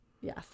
Yes